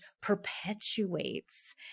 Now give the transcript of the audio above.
perpetuates